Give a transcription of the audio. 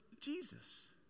Jesus